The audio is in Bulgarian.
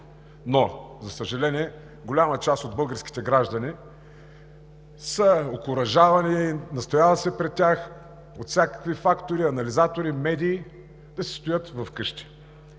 но за съжаление, голяма част от българските граждани са окуражавани, настоява се пред тях от всякакви фактори, анализатори, медии да си стоят вкъщи.